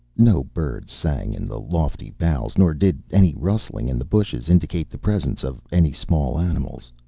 no birds sang in the lofty boughs, nor did any rustling in the bushes indicate the presence of any small animals.